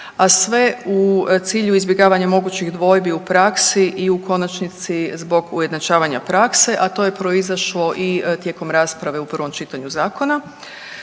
a sve u cilju izbjegavanja mogućih dvojbi u praksi i u konačnici zbog ujednačavanja prakse, a to je proizašlo i tijekom rasprave u prvom čitanju zakona.